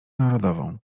narodową